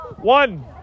One